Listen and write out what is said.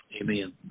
Amen